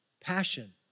passion